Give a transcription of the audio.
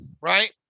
Right